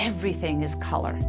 everything is color